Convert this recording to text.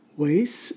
Ways